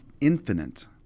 infinite